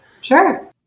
Sure